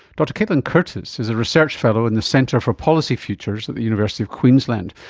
dr caitlin curtis is a research fellow in the centre for policy futures at the university of queensland.